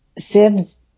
sibs